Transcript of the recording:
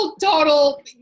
total